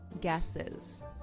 guesses